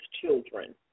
children